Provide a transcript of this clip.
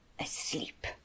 asleep